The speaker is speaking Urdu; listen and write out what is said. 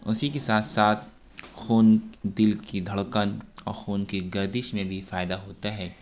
اسی کے ساتھ ساتھ خون دل کی دھڑکن اور خون کی گردش میں بھی فائدہ ہوتا ہے